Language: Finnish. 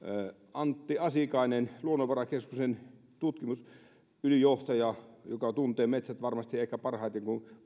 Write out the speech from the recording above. antti asikainen luonnonvarakeskuksen tutkimusylijohtaja joka tuntee metsät varmasti ehkä parhaiten